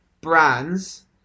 brands